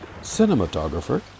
cinematographer